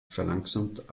verlangsamt